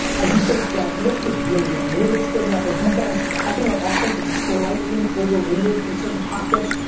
i do think that, and they played really well. i'm a little bit scared about their defense. i think their ah offense is slightly overrated in certain pockets.